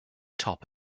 top